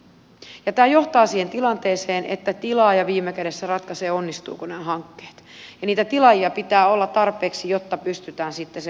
ja tämä johtaa siihen tilanteeseen että tilaaja viime kädessä ratkaisee onnistuvatko nämä hankkeet ja niitä tilaajia pitää olla tarpeeksi jotta pystytään sitten se hanke toteuttamaan